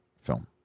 film